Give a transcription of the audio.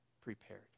prepared